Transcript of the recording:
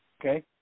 Okay